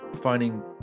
finding